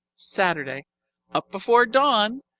saturday up before dawn!